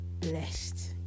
Blessed